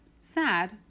Sad